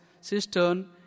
cistern